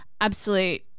Absolute